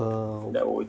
err